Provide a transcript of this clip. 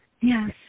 Yes